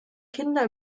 kinder